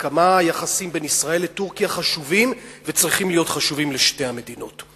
כמה היחסים בין ישראל לטורקיה חשובים וצריכים להיות חשובים לשתי המדינות.